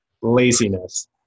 laziness